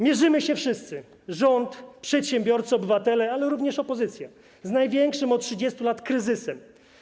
Mierzymy się wszyscy: rząd, przedsiębiorcy, obywatele, ale również opozycja z największym od 30 lat kryzysem.